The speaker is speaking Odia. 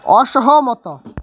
ଅସହମତ